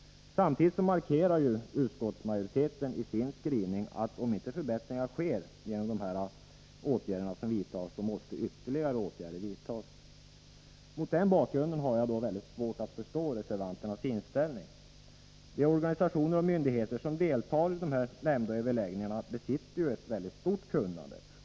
Samtidigt markerar utskottsmajoriteten i sin skrivning att om inte förbättringar sker genom dessa åtgärder, måste ytterligare åtgärder vidtas. Mot den bakgrunden har jag svårt att förstå reservanternas inställning. De organisationer och myndigheter som deltar i de nämnda överläggningarna besitter ju ett stort kunnande.